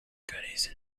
goodies